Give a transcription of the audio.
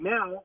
Now